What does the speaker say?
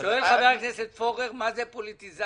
שואל חבר הכנסת פורר מה זאת פוליטיזציה.